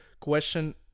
question